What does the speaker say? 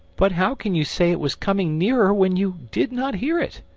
but how can you say it was coming nearer when you did not hear it?